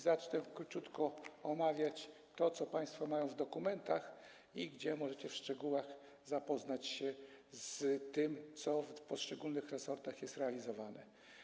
Zacznę króciutko omawiać to, co państwo macie w dokumentach i gdzie możecie w szczegółach zapoznać się z tym, co w poszczególnych resortach jest realizowane.